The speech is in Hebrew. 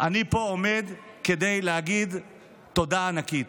אני פה עומד כדי להגיד תודה ענקית,